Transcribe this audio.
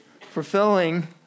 Fulfilling